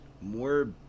more